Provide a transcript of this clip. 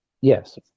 Yes